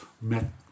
met